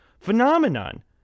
phenomenon